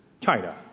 China